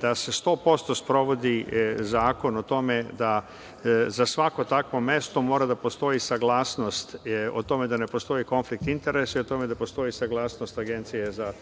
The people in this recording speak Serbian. da se 100% sprovodi zakon o tome da za svako takvo mesto mora da postoji saglasnost o tome da ne postoji konflikt interesa i o tome da postoji saglasnost Agencije za